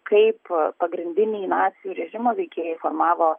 kaip pagrindiniai nacių režimo veikėjai formavo